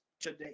today